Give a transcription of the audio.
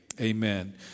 amen